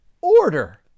order